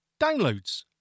downloads